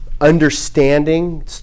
understanding